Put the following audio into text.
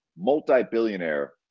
multi-billionaire